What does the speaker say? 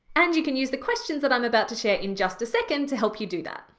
and you can use the questions that i'm about to share in just a second to help you do that.